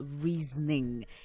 reasoning